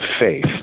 faith